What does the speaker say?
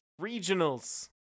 regionals